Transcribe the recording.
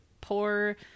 poor